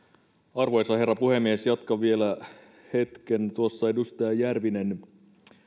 arvoisa herra puhemies jatkan vielä hetken tuossa edustaja järvinen